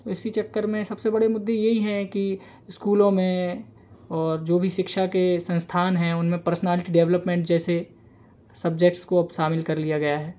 इसी चक्कर में सबसे बड़े मुद्दे यही हैं कि स्कूलो में और जो भी शिक्षा के संस्थान हैं उनमें पर्सनालिटी डेवलपमेंट जैसे सब्जेक्ट्स को अब शामिल कर लिया गया है